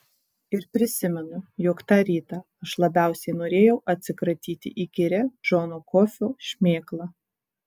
ir prisimenu jog tą rytą aš labiausiai norėjau atsikratyti įkyria džono kofio šmėkla